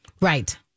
Right